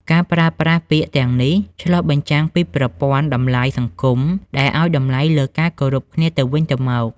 ការប្រើប្រាស់ពាក្យទាំងនេះឆ្លុះបញ្ចាំងពីប្រព័ន្ធតម្លៃសង្គមដែលឲ្យតម្លៃលើការគោរពគ្នាទៅវិញទៅមក។